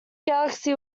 galaxy